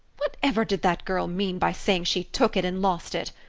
whatever did that girl mean by saying she took it and lost it?